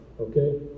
okay